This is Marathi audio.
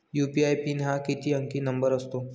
यू.पी.आय पिन हा किती अंकी नंबर असतो?